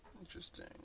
Interesting